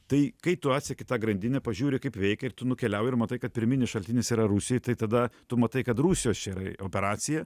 tai kai tu atseki tą grandinę pažiūri kaip veikia ir tu nukeliauji ir matai kad pirminis šaltinis yra rusijoj tai tada tu matai kad rusijos čia yra operacija